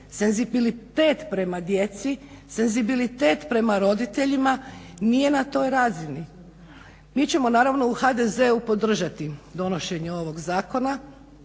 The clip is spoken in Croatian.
senzibilitet prema djeci, senzibilitet prema roditeljima nije na toj razini. Mi ćemo naravno u HDZ-u podržati donošenje ovog Zakona,